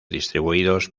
distribuidos